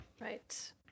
Right